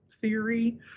theory